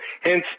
hence